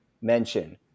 mention